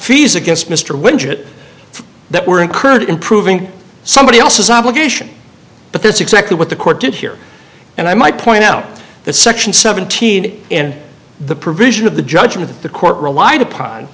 fees against mr widget that were incurred in proving somebody else's obligation but that's exactly what the court did here and i might point out that section seventeen in the provision of the judgment of the court relied upon